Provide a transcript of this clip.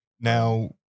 Now